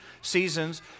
seasons